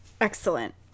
Excellent